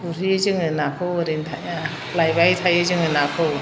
गुरहैयो जोङो नाखौ ओरैनो थाया लायबाय थायो जोङो नाखौ